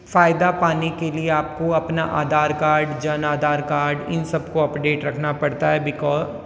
फ़ायदा पाने के लिए आपको अपना आधार कार्ड जन आधार कार्ड इन सबको अपडेट रखना पड़ता है बिको